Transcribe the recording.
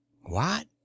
What